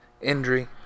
injury